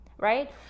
right